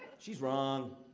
she's wrong.